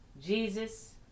Jesus